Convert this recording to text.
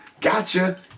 Gotcha